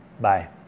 Bye